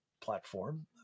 platform